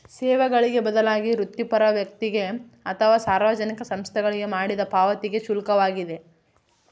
ಸೇವೆಗಳಿಗೆ ಬದಲಾಗಿ ವೃತ್ತಿಪರ ವ್ಯಕ್ತಿಗೆ ಅಥವಾ ಸಾರ್ವಜನಿಕ ಸಂಸ್ಥೆಗಳಿಗೆ ಮಾಡಿದ ಪಾವತಿಗೆ ಶುಲ್ಕವಾಗಿದೆ